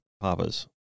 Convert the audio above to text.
Papa's